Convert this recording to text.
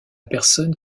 personne